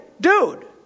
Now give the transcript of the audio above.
dude